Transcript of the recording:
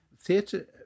Theatre